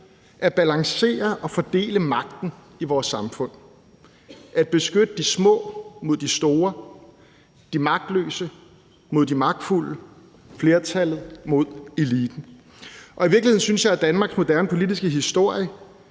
at balancere og fordele magten i vores samfund, at beskytte de små mod de store, de magtesløse mod de magtfulde, flertallet mod eliten. I virkeligheden synes jeg, at Danmarks moderne politiske historie